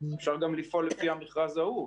אפשר גם לפעול לפי המכרז ההוא,